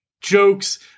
jokes